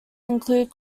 included